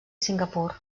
singapur